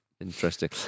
Interesting